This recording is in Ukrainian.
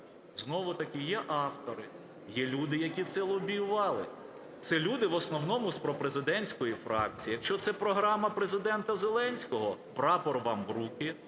Знову-таки є автори, є люди, які це лобіювали. Це люди в основному з пропрезидентської фракції. Якщо це програма Президента Зеленського, прапор вам в руки,